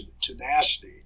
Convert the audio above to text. tenacity